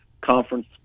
Conference